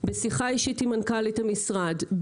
בשיחה אישית עם מנכ"לית המשרד,